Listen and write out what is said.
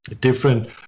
different